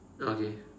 okay